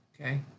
Okay